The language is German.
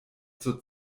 zur